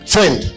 Friend